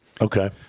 Okay